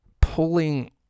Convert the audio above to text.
pulling